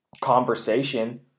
conversation